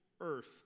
earth